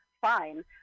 fine